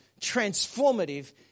transformative